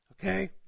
okay